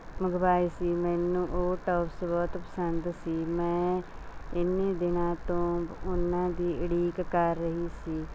ਮੰਗਵਾਏ ਸੀ ਮੈਨੂੰ ਉਹ ਟੋਪਸ ਬਹੁਤ ਪਸੰਦ ਸੀ ਮੈਂ ਇੰਨੇ ਦਿਨਾਂ ਤੋਂ ਉਹਨਾਂ ਦੀ ਉਡੀਕ ਕਰ ਰਹੀ ਸੀ